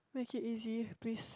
make it easy please